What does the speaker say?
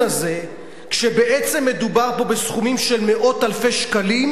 הזה כשבעצם מדובר פה בסכומים של מאות אלפי שקלים,